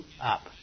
up